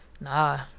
Nah